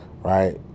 right